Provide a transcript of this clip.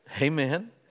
Amen